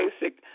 basic